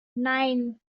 nine